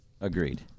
Agreed